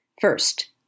First